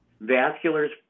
Vascular's